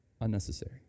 unnecessary